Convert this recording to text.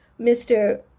Mr